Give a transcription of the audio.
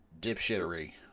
dipshittery